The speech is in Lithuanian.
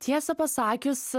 tiesą pasakius